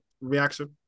reaction